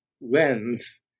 lens